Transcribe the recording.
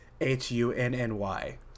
H-U-N-N-Y